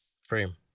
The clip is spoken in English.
Frame